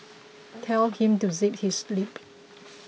tell him to zip his lip